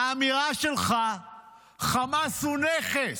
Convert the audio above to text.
האמירה שלך "חמאס הוא נכס"